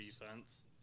defense